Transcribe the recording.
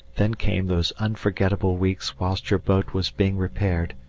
then came those unforgettable weeks whilst your boat was being repaired,